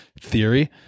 theory